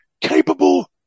capable